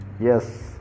Yes